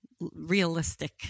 realistic